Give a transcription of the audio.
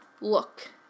look